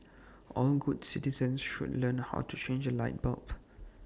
all good citizens should learn how to change A light bulb